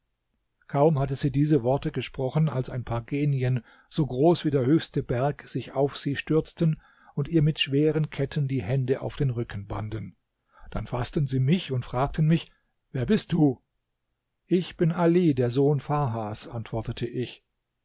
kaum hatte sie diese worte gesprochen als ein paar genien so groß wie der höchste berg sich auf sie stürzten und ihr mit schweren ketten die hände auf den rücken banden dann faßten sie mich und fragten mich wer bist du ich bin ali der sohn farhas antwortete ich